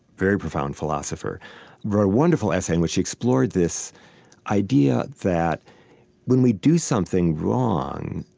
very profound philosopher wrote a wonderful essay in which he explored this idea that when we do something wrong,